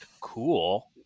cool